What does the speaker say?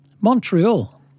Montreal